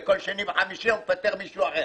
וכל שני וחמישי הוא מפטר מישהו אחר.